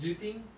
do you think